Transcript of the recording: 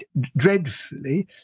dreadfully